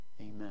amen